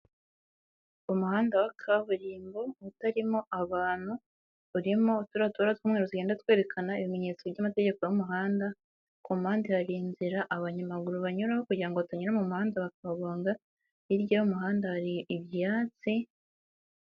Umuhanda wa kaburimbo utarimo abantu, urimo turiya tubara tw'umweru tugenda twerekana ibimenyetso by'amategeko y'umuhanda, ku mpande hari inzira abanyamaguru banyuraho kugira ngo batanyura mu muhanda bakabagonga, hirya y'umuhanda hari ibyatsi.